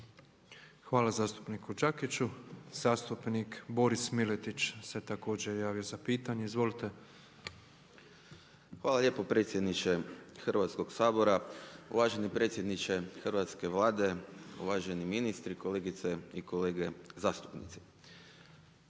Hvala zastupniku Đakiću. Zastupnik Boris Miletić se također javio za pitanje. Izvolite. **Miletić, Boris (IDS)** Hvala lijepo predsjedniče Hrvatskog sabora, uvaženi predsjedniče hrvatske Vlade, uvaženi ministri, kolegice i kolege zastupnici.